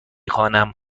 خوانم